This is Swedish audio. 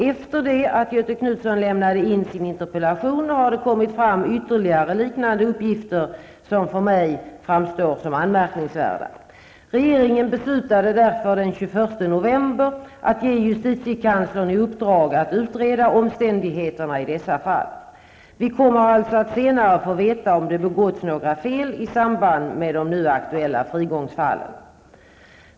Efter det att Göthe Knutson lämnade in sin interpellation har det kommit fram ytterligare liknande uppgifter som för mig framstår som anmärkningsvärda. Regeringen beslutade därför den 21 november att ge justitiekanslern i uppdrag att utreda omständigheterna i dessa fall. Vi kommer alltså att senare få veta om det begåtts några fel i samband med de nu aktuella frigångsfallen.